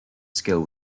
skill